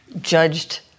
judged